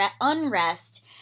unrest